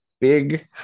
Big